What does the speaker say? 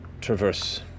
traverse